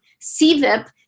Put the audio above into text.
CVIP